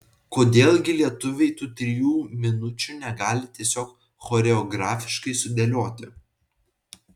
kodėl gi lietuviai tų trijų minučių negali tiesiog choreografiškai sudėlioti